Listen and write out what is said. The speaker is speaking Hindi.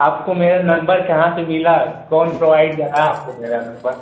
आपको मेरा नंबर कहाँ से मिला कौन प्रोवाइड किया मेरा नंबर